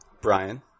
brian